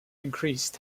increased